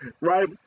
right